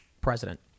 president